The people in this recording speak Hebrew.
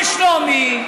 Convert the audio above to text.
בשלומי,